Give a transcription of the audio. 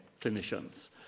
clinicians